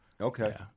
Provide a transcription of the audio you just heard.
Okay